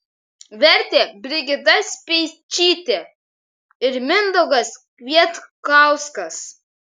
vertė brigita speičytė ir mindaugas kvietkauskas